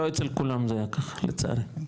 לא אצל כולם זה היה ככה, לצערי.